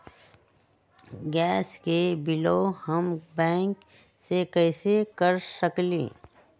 Gas के बिलों हम बैंक से कैसे कर सकली?